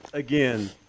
Again